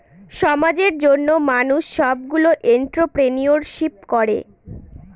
সমাজের জন্য মানুষ সবগুলো এন্ট্রপ্রেনিউরশিপ করে